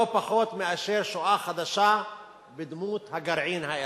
לא פחות מאשר משואה חדשה בדמות הגרעין האירני.